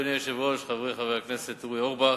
אדוני היושב-ראש, חברי חברי הכנסת אורי אורבך,